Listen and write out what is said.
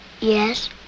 Yes